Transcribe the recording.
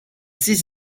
six